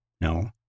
No